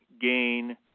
gain